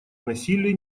насилие